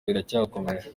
riracyakomeje